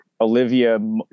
Olivia